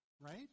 Right